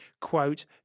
quote